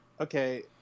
Okay